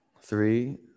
three